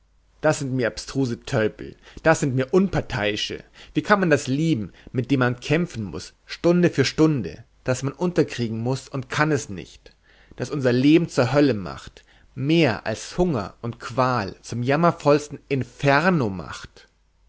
das sind mir abstruse tölpel das sind mir unparteiische wie kann man das lieben mit dem man kämpfen muß stunde für stunde das man unterkriegen muß und kann es nicht das unser leben zur hölle macht mehr als hunger und qual zum jammervollsten inferno macht